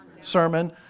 sermon